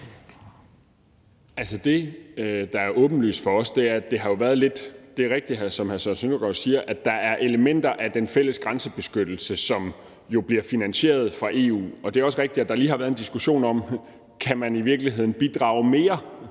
hr. Søren Søndergaard siger, at der er elementer af den fælles grænsebeskyttelse, som jo bliver finansieret af EU, og det er også rigtigt, at der lige har været en diskussion om, om man i virkeligheden kan bidrage mere